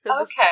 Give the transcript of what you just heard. Okay